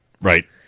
Right